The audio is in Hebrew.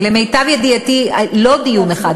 למיטב ידיעתי לא דיון אחד,